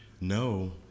no